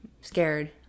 scared